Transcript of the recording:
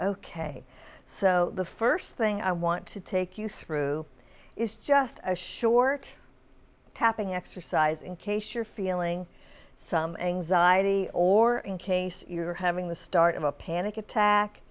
ok so the first thing i want to take you through is just a short tapping exercise in case you're feeling some anxiety or in case you're having the start of a panic attack